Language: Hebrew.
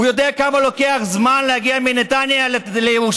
הוא יודע כמה זמן לוקח להגיע מנתניה לירושלים?